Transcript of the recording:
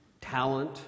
talent